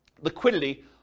liquidity